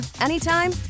anytime